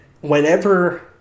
whenever